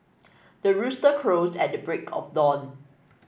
the rooster crows at the break of dawn